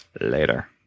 Later